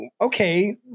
okay